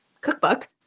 cookbook